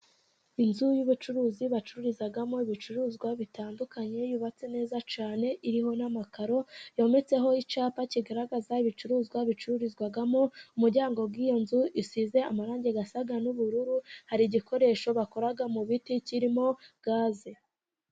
Inzu y'ubucuruzi bacururizamo ibicuruzwa bitandukanye yubatse neza cyane, iriho n'amakaro yometseho icyapa kigaragaza ibicuruzwa bicururizwamo, umuryango w'iyo nzu isize amarangi asa n'ubururu hari igikoresho bakora mu biti kirimo gaze.